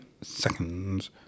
seconds